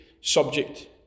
subject